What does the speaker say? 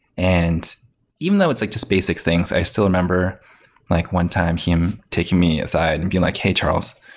and even though it's like just basic things, i still remember like one time him taking me aside and being like, hey, charles.